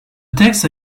texte